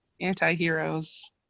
anti-heroes